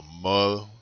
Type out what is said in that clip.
mother